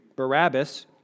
Barabbas